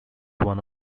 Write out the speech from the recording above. one